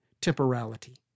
temporality